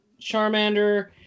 Charmander